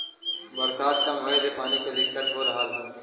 बरसात कम होए से पानी के दिक्कत हो रहल हौ